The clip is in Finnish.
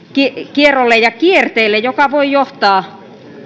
ja kierteelle joka voi johtaa